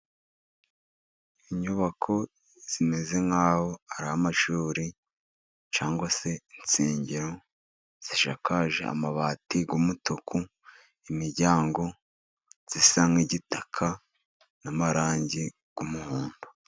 Inyubako zimeze nkaho ari amashuri cyangwa se insengero zisakaje amabati y'umutuku, imiryango isa nk'igitaka n'amarangi y'umuhondo.